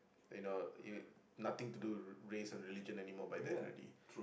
you know it nothing to do with race or religion by then already